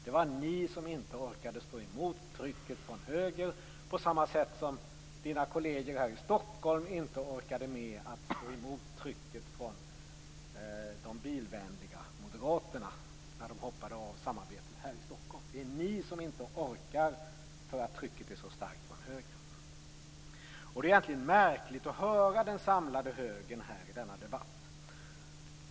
Det var ni som inte orkade stå emot trycket från högern, på samma sätt som finansministerns kolleger här i Stockholm inte orkade stå emot trycket från de bilvänliga moderaterna när de hoppade av samarbetet här i Stockholm. Det är ni som inte orkar, eftersom trycket från högern är så starkt. Det är egentligen märkligt att höra den samlade högern här i denna debatt.